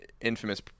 infamous